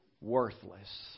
worthless